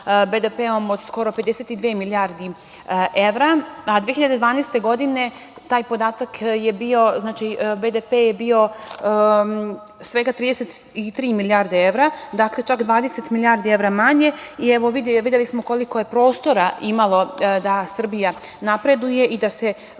BDP od skoro 52 milijarde evra, a 2012. godine taj podatak je bio svega 33 milijarde evra, čak 20 milijarde evra manje. Evo, videli smo koliko je prostora imalo da Srbija napreduje i da se